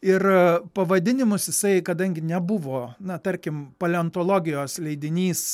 ir pavadinimus jisai kadangi nebuvo na tarkim paleontologijos leidinys